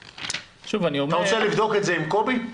אתה רוצה לבדוק את זה עם קובי?